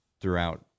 throughout